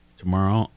tomorrow